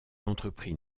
entreprit